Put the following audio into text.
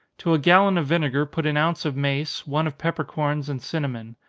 to a gallon of vinegar put an ounce of mace, one of peppercorns and cinnamon,